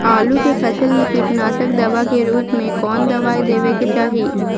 आलू के फसल में कीटनाशक दवा के रूप में कौन दवाई देवे के चाहि?